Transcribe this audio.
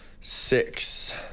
Six